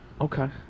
Okay